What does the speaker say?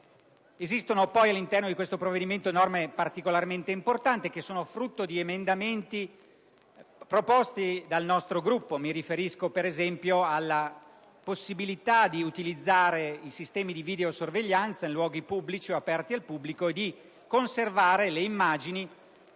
Esistono poi, all'interno di questo provvedimento, norme particolarmente importanti, frutto di emendamenti proposti dal nostro Gruppo. Mi riferisco, per esempio, alla possibilità di utilizzare i sistemi di videosorveglianza in luoghi pubblici o aperti al pubblico e di conservare le immagini